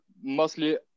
mostly